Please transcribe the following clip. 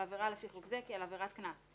על עבירה לפי חוק זה כעל עבירת קנס,